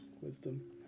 Wisdom